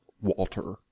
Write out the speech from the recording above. Walter